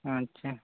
ᱟᱪᱪᱷᱟ